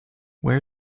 where